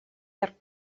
llarg